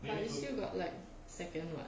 but you still got like second [what]